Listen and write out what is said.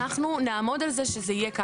אנחנו נעמוד על זה שכך זה יהיה.